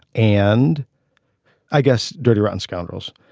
and i guess dirty rotten scoundrels.